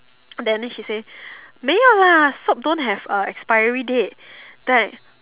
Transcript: then she say 没有啦 soap don't have uh expiry date then I